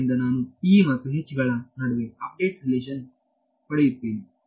ಆದ್ದರಿಂದ ನಾನು ಮತ್ತು ನಡುವೆ ಅಪ್ಡೇಟ್ ರಿಲೇಶನ್ ಪಡೆಯುತ್ತೇನೆ